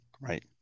Right